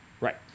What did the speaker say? Right